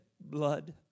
blood